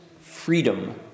freedom